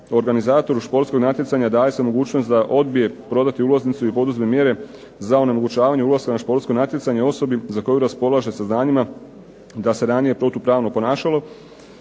Organizatoru športskog natjecanja daje se mogućnost da odbije prodati ulaznicu i poduzme mjere za neomogućavanje ulaska na športsko natjecanje osobi za koju raspolaže saznanjima da se ranije protupravno ponašala.